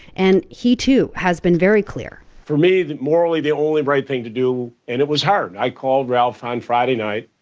and he, too, has been very clear for me, morally, the only right thing to do and it was hard. i called ralph on friday night.